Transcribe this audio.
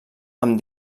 amb